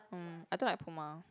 mm I don't like Puma